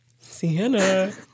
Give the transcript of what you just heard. Sienna